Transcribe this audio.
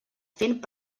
fent